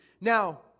Now